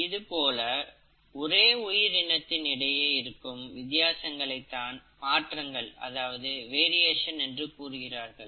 இதுபோல ஒரே உயிர் இனத்தின் இடையே இருக்கும் வித்தியாசங்களை தான் மாற்றங்கள் என்று கூறுகிறார்கள்